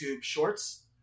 shorts